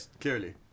Clearly